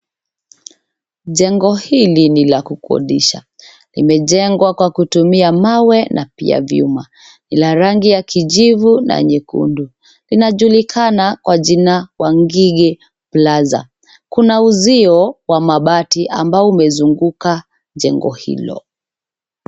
Jengo hili ni la kukodisha. Limejengwa kwa kutumia mawe na pia vyuma. Ni la rangi ya kijivu na nyekundu. Inajulikana kwa jina, Waginge Plaza. Kuna uzio wa mabati ambao umezunguka jengo hilo.